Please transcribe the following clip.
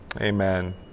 Amen